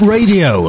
Radio